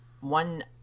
one